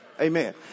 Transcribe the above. Amen